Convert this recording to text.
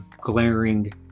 glaring